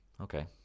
okay